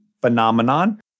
phenomenon